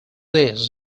these